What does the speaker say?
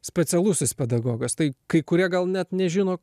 specialusis pedagogas tai kai kurie gal net nežino